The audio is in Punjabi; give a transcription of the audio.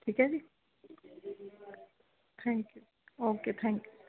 ਠੀਕ ਹੈ ਜੀ thank you okay thank you